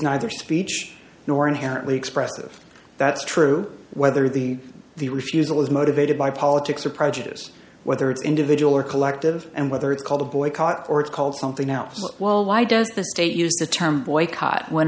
neither speech nor inherently expressive that's true whether the the refusal is motivated by politics or prejudice whether it's individual or collective and whether it's called a boycott or it's called something else well why does the state use the term boycott when